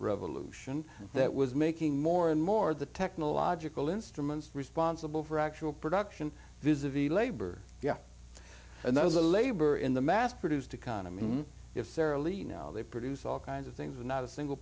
revolution that was making more and more of the technological instruments responsible for actual production visagie labor and those the labor in the mass produced economy if sara lee now they produce all kinds of things and not a single